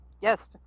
Yes